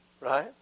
Right